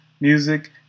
music